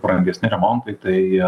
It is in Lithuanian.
brangesni remontai tai